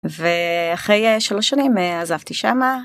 ואחרי שלוש שנים עזבתי שמה.